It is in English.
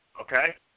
okay